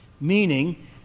meaning